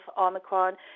Omicron